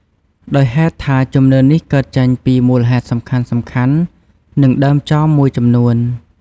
ដោយហេតុថាជំនឿនេះកើតចេញពីមូលហេតុសំខាន់ៗ និងដើមចមមួយចំនួន។